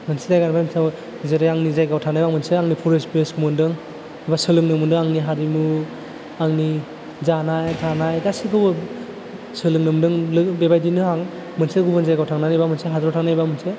मोनसे जायगानिफ्राय जेरै आंनि जायगायाव थानायाव आंनो फरिबेसखौ मोन्दों बा सोलोंनो मोनदों आंनि हारिमु आंनि जानाय थानाय गासिखौबो सोलोंनो मोनदोंमोन बेबायदिनो आं मोनसे गुबुन जायगायाव थांनानै बा मोनसे हादराव थांनानै एबा मोनसे